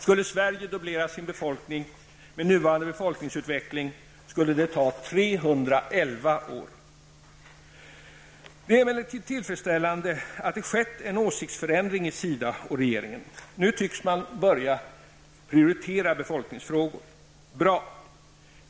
Skulle Sverige dubblera sin befolkning med nuvarande befolkningsutveckling skulle det ta 311 år. Det är emellertid tillfredsställande att det skett en åsiktsförändring i SIDA och regeringen. Nu tycks man ha börjat prioritera befolkningsfrågor. Bra!